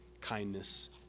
kindness